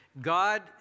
God